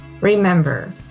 remember